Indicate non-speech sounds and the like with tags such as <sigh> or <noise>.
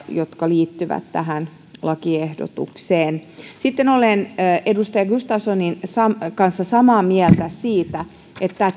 jotka liittyvät tähän lakiehdotukseen sitten olen edustaja gustafssonin kanssa samaa mieltä siitä että <unintelligible>